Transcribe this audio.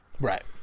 Right